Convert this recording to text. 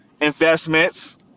investments